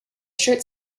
shirt